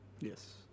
Yes